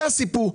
זה הסיפור,